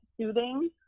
soothing